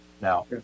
now